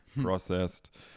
processed